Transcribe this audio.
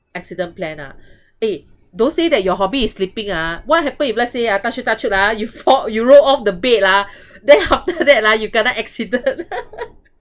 accident plan ah eh don't say that your hobby is sleeping ah what happen if let's say ah touch wood touch wood ah you fall you roll off the bed ah then after that ah you kena accident